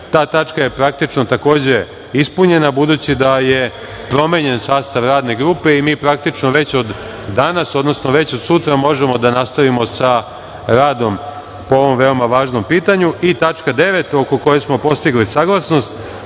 Ta tačka je praktično takođe ispunjena budući da je promenjen sastav radne grupe. Mi već od danas, odnosno već od sutra možemo da nastavimo sa radom po ovom veoma važnom pitanju. Tačka 9. oko koje smo postigli saglasnost,